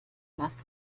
was